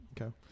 Okay